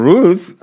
Ruth